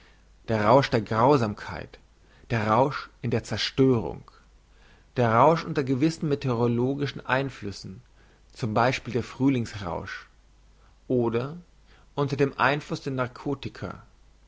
der rausch der grausamkeit der rausch in der zerstörung der rausch unter gewissen meteorologischen einflüssen zum beispiel der frühlingsrausch oder unter dem einfluss der narcotica